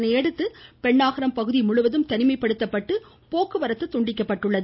இதனையடுத்து பெண்ணாகரம் பகுதி முழுவதும் தனிமைப்படுத்தப்பட்டு போக்குவரத்து துண்டிக்கப்பட்டுள்ளது